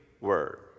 word